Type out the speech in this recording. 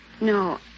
No